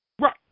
Right